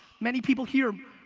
many people here,